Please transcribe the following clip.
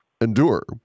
endure